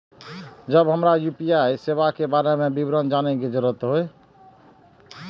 जब हमरा यू.पी.आई सेवा के बारे में विवरण जानय के जरुरत होय?